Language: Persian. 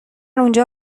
اونجا